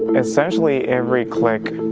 essentially every click,